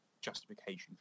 justification